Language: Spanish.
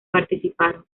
participaron